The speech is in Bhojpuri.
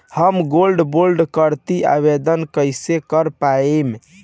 हम गोल्ड बोंड करतिं आवेदन कइसे कर पाइब?